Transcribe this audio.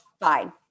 fine